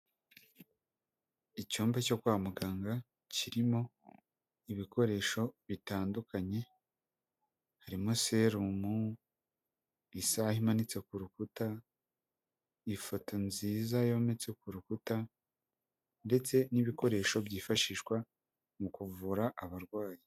Icyumba cyo kwa muganga kirimo ibikoresho bitandukanye, harimo serumu isaha imanitse ku rukuta, ifoto nziza yometse ku rukuta ndetse n'ibikoresho byifashishwa mu kuvura abarwayi.